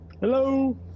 Hello